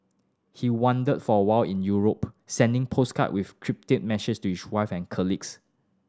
he wandered for a while in Europe sending postcard with cryptic message to his wife and colleagues